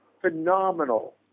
phenomenal